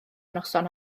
noson